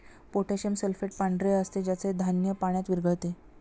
potassium sulphate पांढरे असते ज्याचे धान्य पाण्यात विरघळते